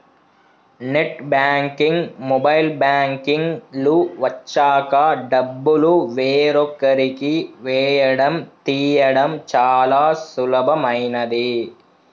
net banking, mobile banking లు వచ్చాక డబ్బులు వేరొకరికి వేయడం తీయడం చాలా సులభమైనది